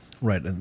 Right